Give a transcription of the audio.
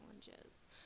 challenges